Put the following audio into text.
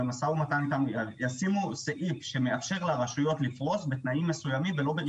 דיברת גם על נגישות וגם על עצמאות של רשויות וגם היכולת